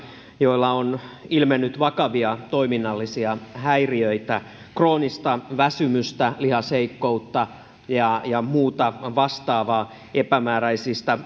joilla on ilmennyt vakavia toiminnallisia häiriöitä kroonista väsymystä lihasheikkoutta ja ja muuta vastaavaa epämääräisistä